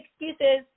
Excuses